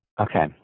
Okay